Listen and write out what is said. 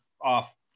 off